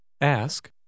Ask